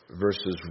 verses